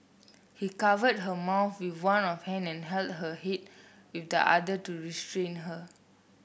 he covered her mouth with one of hand and held her head with the other to restrain her